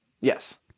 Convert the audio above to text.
Yes